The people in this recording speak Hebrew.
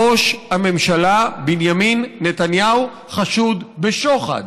ראש הממשלה בנימין נתניהו חשוד בשוחד.